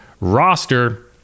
roster